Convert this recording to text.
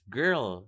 girl